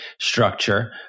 structure